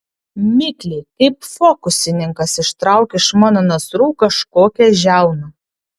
mikliai kaip fokusininkas ištraukė iš mano nasrų kažkokią žiauną